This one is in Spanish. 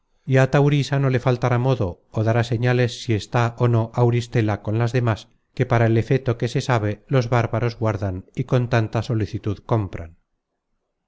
faltará modo ó dará señales si está ó no auristela con las demas que para el efeto que se sabe los bárbaros guardan y con tanta solicitud compran